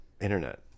internet